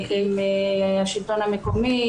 עם השלטון המקומי,